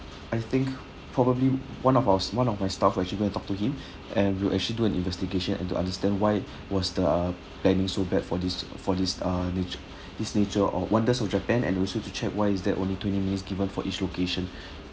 I think probably one of our one of my staff will actually go and talk to him and we'll actually do an investigation and to understand why was the planning so bad for this for this uh nat~ this nature or wonders of japan and also to check why is that only twenty minutes given for each location